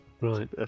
right